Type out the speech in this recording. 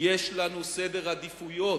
יש לנו סדר עדיפויות,